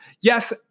Yes